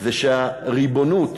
זה שהריבונות